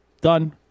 Done